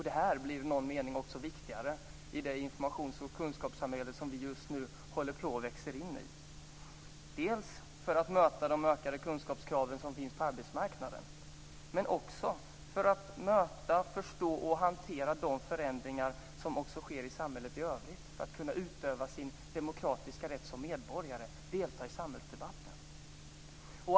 Det här blir i någon mening viktigare i det informations och kunskapssamhälle som vi just nu håller på att växa in i dels när det gäller att möta de ökade kunskapskraven på arbetsmarknaden, dels när det gäller att möta, förstå och hantera de förändringar som också sker i samhället i övrigt; detta för att man ska kunna utöva sin demokratiska rätt som medborgare och delta i samhällsdebatten.